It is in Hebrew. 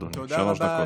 בבקשה, אדוני, שלוש דקות.